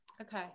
Okay